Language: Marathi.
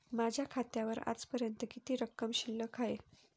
माझ्या खात्यावर आजपर्यंत किती रक्कम शिल्लक आहे?